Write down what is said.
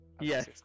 Yes